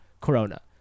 corona